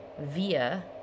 via